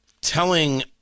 telling